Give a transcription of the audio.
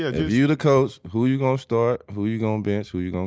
yeah you the coach who you gonna start, who you gonna and bench, who you gonna